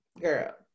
girl